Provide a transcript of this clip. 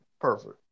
Perfect